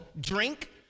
drink